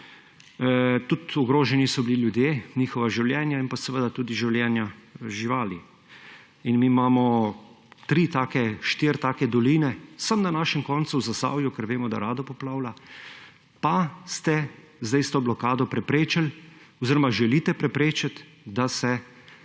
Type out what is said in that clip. Tudi ogroženi so bili ljudje, njihova življenja in tudi življenja živali. Mi imamo tri take, štiri take doline samo na našem koncu v Zasavju, kjer vemo, da rado poplavlja, pa ste sedaj s to blokado preprečili oziroma želite preprečiti, da se